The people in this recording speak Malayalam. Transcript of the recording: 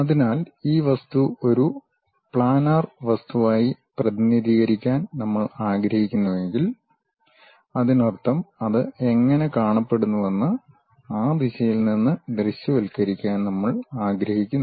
അതിനാൽ ഈ വസ്തു ഒരു പ്ലാനാർ വ്യൂവായി പ്രതിനിധീകരിക്കാൻ നമ്മൾ ആഗ്രഹിക്കുന്നുവെങ്കിൽ അതിനർത്ഥം അത് എങ്ങനെ കാണപ്പെടുന്നുവെന്ന് ആ ദിശയിൽ നിന്ന് ദൃശ്യവൽക്കരിക്കാൻ നമ്മൾ ആഗ്രഹിക്കുന്നു